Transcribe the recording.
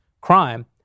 crime